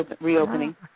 reopening